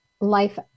life